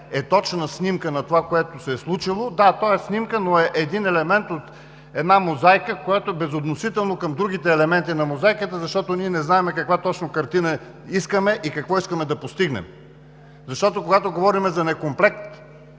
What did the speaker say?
е точна снимка на това, което се е случило – да, то е снимка, но е елемент от една мозайка, която е безотносителна към другите елементи на мозайката, защото не знаем каква точно картина искаме и какво искаме да постигнем. Защото, когато говорим за недокомплект